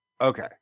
Okay